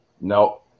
No